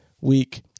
week